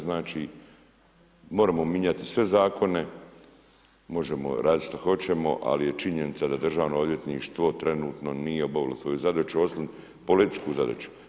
Znači moramo mijenjati sve zakone, možemo raditi šta hoćemo ali je činovnica da Državno odvjetništvo, trenutno nije obavilo svoju zadaću, osim političku zadaću.